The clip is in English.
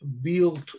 built